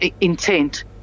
intent